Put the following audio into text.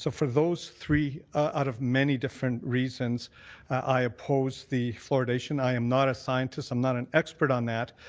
so for those three out of many different reasons i oppose the fluoridation. i am not a sign test, um not an expert on that,